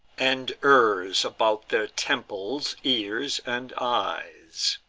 and errs about their temples, ears, and eyes.